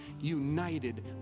united